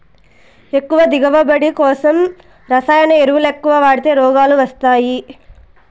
ఎక్కువ దిగువబడి కోసం రసాయన ఎరువులెక్కవ వాడితే రోగాలు వస్తయ్యి